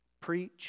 preach